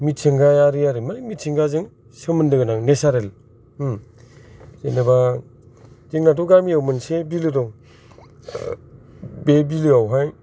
मिथिंगायारि आरो माने मिथिंगाजों सोमोन्दो गोनां नेसारेल जेन'बा जोंनाथ' गामियाव मोनसे बिलो दं बे बिलोआव हाय